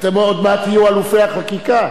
עוד מעט אתם תהיו אלופי החקיקה.